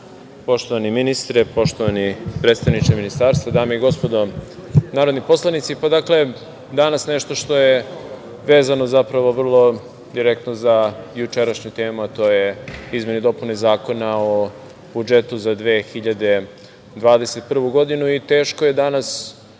poštovani ministre, poštovani predstavniče Ministarstva, dame i gospodo narodni poslanici, danas nešto što je vezano zapravo vrlo direktno za jučerašnju temu, a to su izmene i dopuna Zakona o budžetu za 2021. godinu. Teško je danas